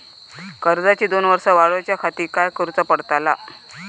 कर्जाची दोन वर्सा वाढवच्याखाती काय करुचा पडताला?